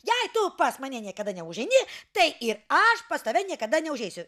jei to pas mane niekada neužeini tai ir aš pas tave niekada neužeisiu